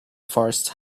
forests